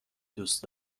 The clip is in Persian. دوست